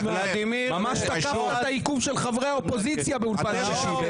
ממש תקפת את העיכוב של חברי האופוזיציה באולפן שישי.